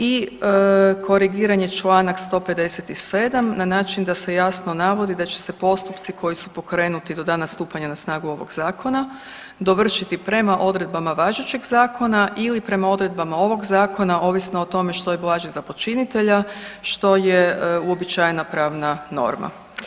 I korigiran je članak 157. na način da se jasno navodi da će se postupci koji su pokrenuti do dana stupanja na snagu ovog zakona dovršiti prema odredbama važećeg zakona ili prema odredbama ovog zakona ovisno o tome što je blaže za počinitelja, što je uobičajena pravna norma.